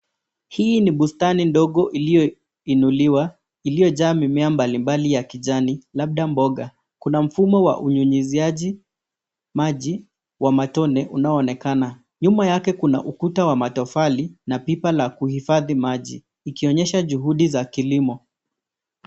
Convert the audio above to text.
Hii ni bustani ndogo ilioinuliwa iliojaa mimea mbali mbali ya kijani labda mboga. Kuna mfumo wa unyunyizaji maji wa matone unaonekana, nyuma yake kuna ukuta wa matofali na pipa wa kuhifadi maji, ikionyesha juhudi za kilimo.